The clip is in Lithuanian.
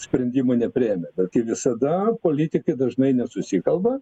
sprendimo nepriėmę bet kaip visada politikai dažnai nesusikalba